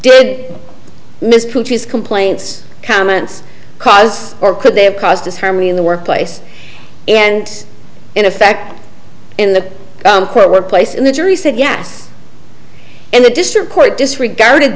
did miss complaints comments cause or could they have caused this harmony in the workplace and in effect in the workplace and the jury said yes and the district court disregarded